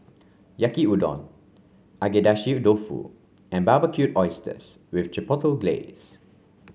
Yaki Udon Agedashi Dofu and Barbecued Oysters with Chipotle Glaze